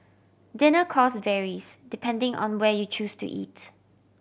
dinner cost varies depending on where you choose to eat